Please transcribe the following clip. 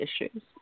issues